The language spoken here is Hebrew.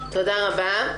תודה רבה.